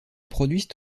produisent